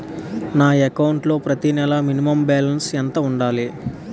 నా అకౌంట్ లో ప్రతి నెల మినిమం బాలన్స్ ఎంత ఉండాలి?